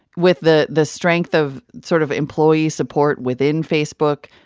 with the the strength of sort of employee support within facebook,